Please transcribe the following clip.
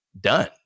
done